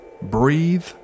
Breathe